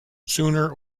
sooner